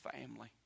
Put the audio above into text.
family